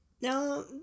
Now